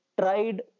tried